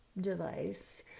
device